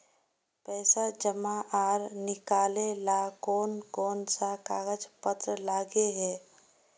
पैसा जमा आर निकाले ला कोन कोन सा कागज पत्र लगे है?